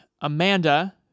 Amanda